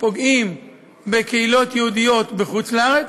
פוגעים בקהילות יהודיות בחוץ-לארץ,